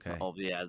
Okay